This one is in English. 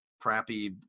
crappy